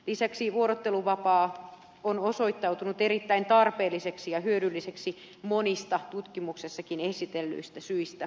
lisäksi vuorotteluvapaa on osoittautunut erittäin tarpeelliseksi ja hyödylliseksi monista tutkimuksessakin esitellyistä syistä